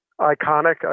iconic